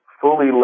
fully